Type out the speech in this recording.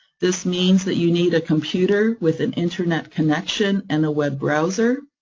this means that you need a computer with an internet connection and a web browser,